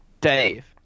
Dave